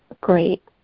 great